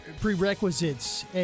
prerequisites